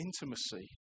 intimacy